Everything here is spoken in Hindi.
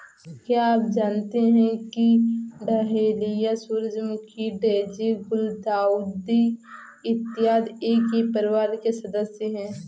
क्या आप जानते हैं कि डहेलिया, सूरजमुखी, डेजी, गुलदाउदी इत्यादि एक ही परिवार के सदस्य हैं